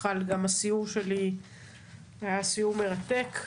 בכלל, גם הסיור שלי היה סיור מרתק.